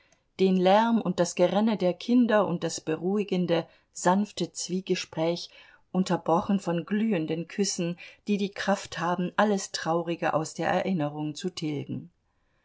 den lärm und das gerenne der kinder und das beruhigende sanfte zwiegespräch unterbrochen von glühenden küssen die die kraft haben alles traurige aus der erinnerung zu tilgen